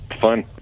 fun